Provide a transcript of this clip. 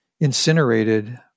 incinerated